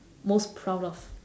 most proud of